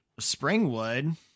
Springwood